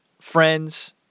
friends